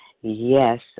yes